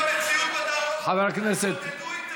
חברת הכנסת קורן,